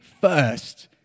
first